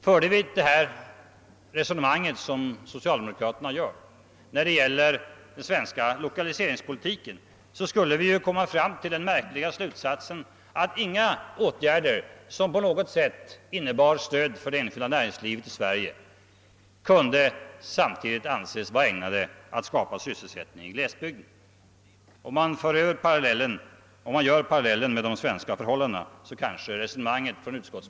Förde vi samma resonemang när det gäller den svenska lokaliseringspolitiken som socialdemokraterna nu för, skulle vi komma till den märkliga slutsatsen att inga åtgärder som på något sätt innebar stöd åt det enskilda näringslivet i Sverige samtidigt kunde anses vara ägnade att skapa sysselsättning i glesbygderna.